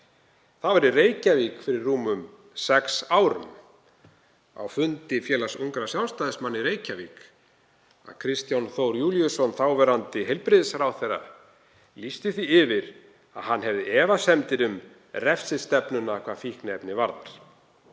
Það var í Reykjavík fyrir rúmum sex árum á fundi Félags ungra Sjálfstæðismanna í Reykjavík að Kristján Þór Júlíusson, þáverandi heilbrigðisráðherra, lýsti því yfir að hann hefði efasemdir um refsistefnuna hvað fíkniefni varðar.